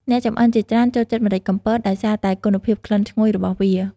អ្នកចំអិនជាច្រើនចូលចិត្តម្រេចកំពត ដោយសារតែគុណភាពក្លិនឈ្ងុយរបស់វា។